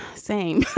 same